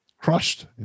crushed